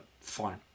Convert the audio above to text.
fine